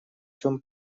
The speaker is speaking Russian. чём